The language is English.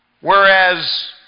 Whereas